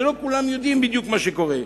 לא כולם יודעים מה קורה.